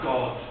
God